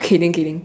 kidding kidding